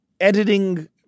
editing